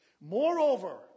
Moreover